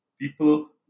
People